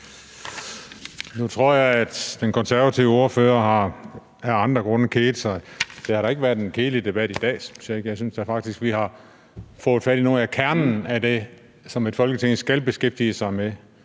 Nu tror jeg, at den konservative ordfører har kedet sig af andre grunde. Det har da ikke været en kedelig debat i dag, synes jeg. Jeg synes faktisk, vi har fået fat i noget af kernen i det, som et Folketing skal beskæftige sig med,